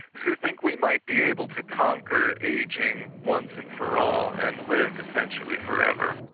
who think we might be able to conquer ageing once and for all and live essentially forever.